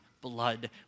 blood